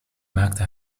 maakten